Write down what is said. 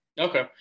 Okay